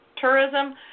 tourism